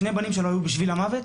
שני בנים שלו היו בשביל המוות,